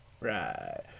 right